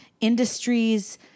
industries